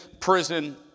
prison